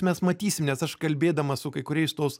mes matysim nes aš kalbėdamas su kai kuriais tos